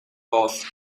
хоол